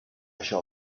shall